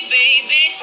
baby